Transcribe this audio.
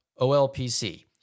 OLPC